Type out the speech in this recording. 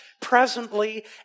presently